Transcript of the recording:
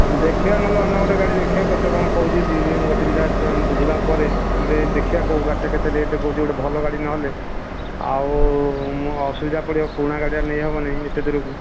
ଦେଖିଆ ନହେଲେ ଅନ୍ୟ ଗୋଟିଏ ଗାଡ଼ି ଦେଖିବା କେତେ କ'ଣ କହୁଛି ଦୁଇ ଦିନ ଗୋଟିଏ ଦୁଇଟା ବୁଝିଲା ପରେ ଆମର ଦେଖିବା କେଉଁ ଗାଡ଼ିଟା କେତେ ରେଟ୍ କହୁଛି ଗୋଟିଏ ଭଲ ଗାଡ଼ି ନହେଲ ଆଉ ମୁଁ ଅସୁବିଧା ପଡ଼ିବ ପୁରୁଣା ଗାଡ଼ିଟା ନେଇ ହେବନି ଏତେ ଦୂରକୁ